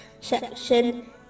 section